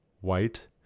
white